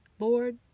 Lord